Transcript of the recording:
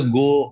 go